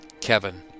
Kevin